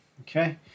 Okay